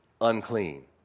Unclean